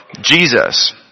Jesus